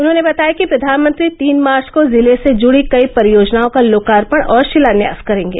उन्होंने बताया कि प्रधानमंत्री तीन मार्च को जिले से जुड़ी कई परियोजनाओं का लोकार्पण और शिलान्यास करेंगे